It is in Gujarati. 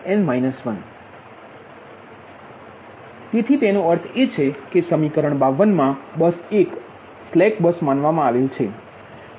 તેથી તેનો અર્થ એ છે કે સમીકરણ 52 મા બસ 1 એ સ્લેક માનવામાં આવેલ છે